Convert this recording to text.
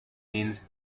means